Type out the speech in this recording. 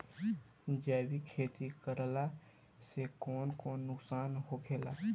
जैविक खेती करला से कौन कौन नुकसान होखेला?